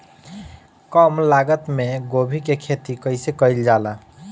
कम लागत मे गोभी की खेती कइसे कइल जाला?